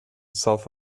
south